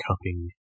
cupping